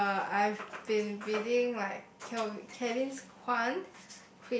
uh I've been reading like Kel~ Kevin-Kwan